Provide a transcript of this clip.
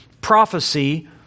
prophecy